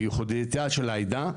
וייחודיותה של העדה,